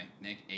Nick